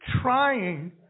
trying